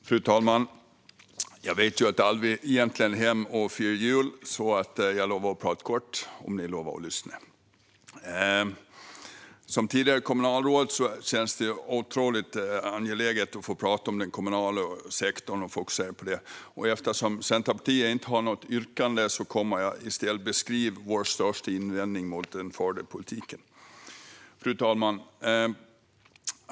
Fru talman! Jag vet att alla vill hem och fira jul. Jag lovar därför att hålla mitt anförande kort, om ni andra lovar att lyssna. Som tidigare kommunalråd känns det otroligt angeläget att tala om och fokusera på den kommunala sektorn. Eftersom Centerpartiet inte har något yrkande kommer jag i stället att beskriva vår största invändning mot den förda politiken. Fru talman!